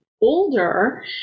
older